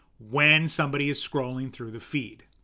when somebody is scrolling through the feed,